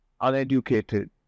Uneducated